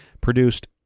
produced